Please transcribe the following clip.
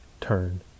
Turn